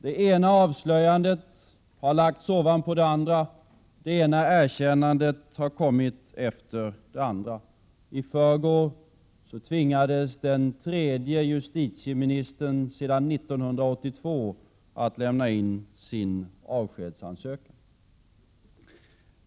Det ena avslöjandet har lagts ovanpå det andra, det ena erkännandet har kommit efter det andra. I förrgår fick den tredje justitieministern sedan 1982 lämna in sin avskedsansökan.